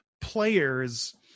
players